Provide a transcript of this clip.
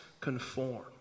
conform